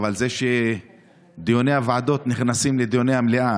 אבל דיוני הוועדות נכנסים לדיוני המליאה,